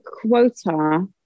quota